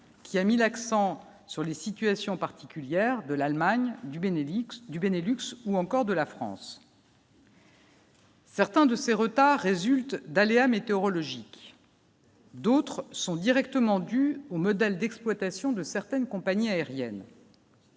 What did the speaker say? qui a mis l'accent sur les situations particulières de l'Allemagne du bénédiction du Bénélux ou encore de la France. Certains de ces retards résultent d'aléas météorologiques. D'autres sont directement du au modèle d'exploitation de certaines compagnies aériennes.